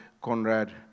Conrad